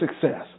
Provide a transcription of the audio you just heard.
success